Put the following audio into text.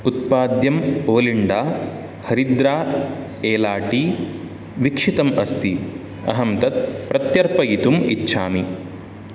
उत्पाद्यम् ओलिण्डा हरिद्रा एला टी विक्षतम् अस्ति अहं तत् प्रत्यर्पयितुम् इच्छामि